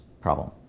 problem